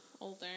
older